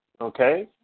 okay